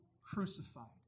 crucified